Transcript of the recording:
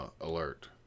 alert